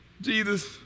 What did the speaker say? Jesus